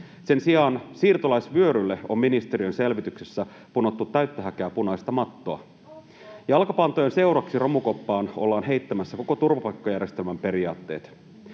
Sen sijaan siirtolaisvyörylle on ministeriön selvityksessä punottu täyttä häkää punaista mattoa. Jalkapantojen seuraksi romukoppaan ollaan heittämässä koko turvapaikkajärjestelmän periaatteet.